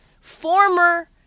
former